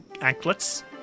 anklets